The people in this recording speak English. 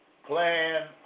Plan